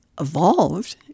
evolved